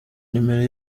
nimero